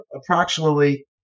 approximately